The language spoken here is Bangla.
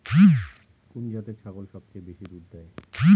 কোন জাতের ছাগল সবচেয়ে বেশি দুধ দেয়?